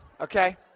Okay